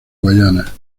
guayana